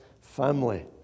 family